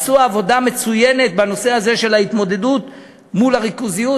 עשו עבודה מצוינת בנושא הזה של ההתמודדות מול הריכוזיות.